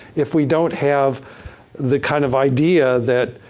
if we don't have the kind of idea, that